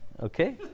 okay